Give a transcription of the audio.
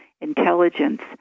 intelligence